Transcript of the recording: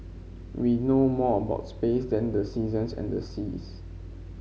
we know more about space than the seasons and the seas